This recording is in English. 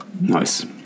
nice